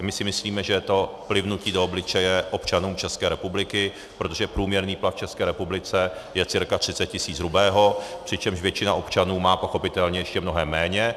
My si myslíme, že je to plivnutí do obličeje občanům České republiky, protože průměrný plat v České republice je cca 30 tisíc hrubého, přičemž většina občanů má pochopitelně ještě mnohem méně.